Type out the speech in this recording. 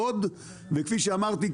וכפי שאמרתי,